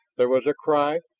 there was a cry,